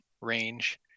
range